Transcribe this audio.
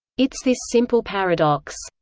it's this simple paradox.